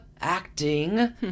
acting